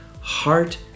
heart